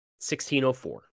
1604